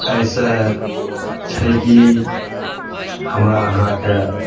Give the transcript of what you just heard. एहिसॅं छै की हमरा अहाँके